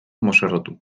mozorrotu